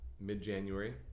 mid-January